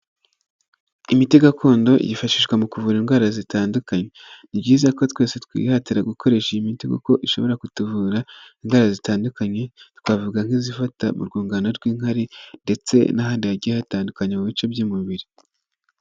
Imiti gakondo yifashishwa mu kuvura indwara zitandukanye. Ni byiza ko twese twihatira gukoresha iyi miti kuko ishobora kutuvura indwara zitandukanye, twavuga nk'izifata mu rwungano rw'inkari ndetse n'ahandi hagiye hatandukanye mu bice by'umubiri.